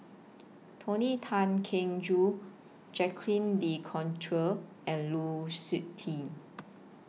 Tony Tan Keng Joo Jacques De Coutre and Lu Suitin